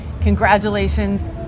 congratulations